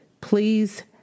please